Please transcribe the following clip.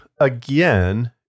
again